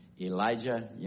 Elijah